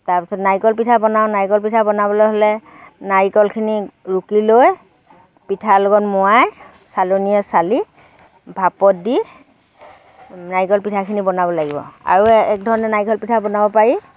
তাৰপিছত নাৰিকল পিঠা বনাওঁ নাৰিকল পিঠা বনাবলৈ হ'লে নাৰিকলখিনি ৰুকি লৈ পিঠা লগত মোৱাই চালনিৰে চালি ভাপত দি নাৰিকল পিঠাখিনি বনাব লাগিব আৰু এক ধৰণে নাৰিকল পিঠা বনাব পাৰি